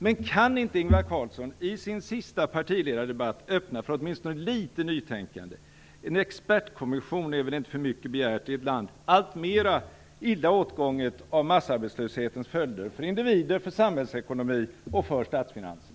Men kan inte Ingvar Carlsson i sin sista partiledardebatt öppna för åtminstone litet nytänkande? En expertkommission är väl inte för mycket begärt i ett land allt mera illa åtgånget av massarbetslöshetens följder för individer, för samhällsekonomin och för statsfinanserna.